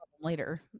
later